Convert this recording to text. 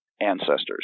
ancestors